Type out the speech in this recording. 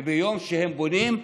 וביום שהם בונים,